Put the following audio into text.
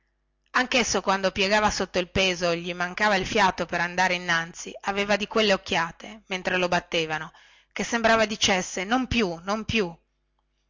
anchesso quando piegava sotto il peso e gli mancava il fiato per andare innanzi aveva di quelle occhiate mentre lo battevano che sembrava dicesse non più non più